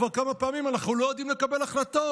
כבר כמה פעמים אנחנו לא יודעים לקבל החלטות,